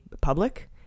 public